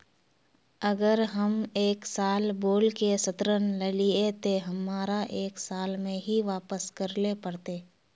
अगर हम एक साल बोल के ऋण लालिये ते हमरा एक साल में ही वापस करले पड़ते?